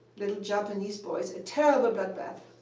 little japanese boys a terrible bloodbath.